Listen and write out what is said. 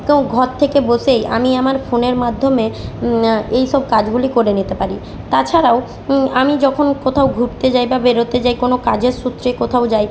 তো ঘর থেকে বসেই আমি আমার ফোনের মাধ্যমে এই সব কাজগুলি করে নিতে পারি তাছাড়াও আমি যখন কোথাও ঘুরতে যাই বা বেরোতে যাই কোনো কাজের সূত্রে কোথাও যাই